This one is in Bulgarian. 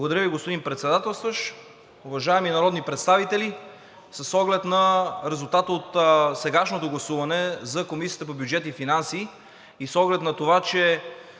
Благодаря Ви, господин Председателстващ. Уважаеми народни представители! С оглед на резултата от сегашното гласуване за Комисията по бюджет и финанси и с оглед на това, че